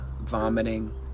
vomiting